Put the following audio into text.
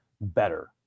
better